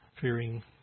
fearing